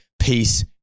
peace